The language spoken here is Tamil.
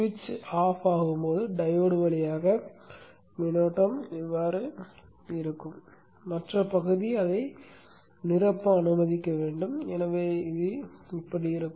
சுவிட்ச் அணைக்கப்படும் போது டையோடு வழியாக மின்னோட்டம் காலியாக இருக்க வேண்டும் மற்ற பகுதி அதை நிரப்ப அனுமதிக்கும் எனவே அது இப்படி இருக்கும்